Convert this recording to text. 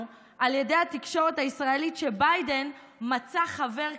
על ידי התקשורת הישראלית שביידן מצא חבר קרוב,